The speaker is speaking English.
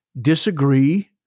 disagree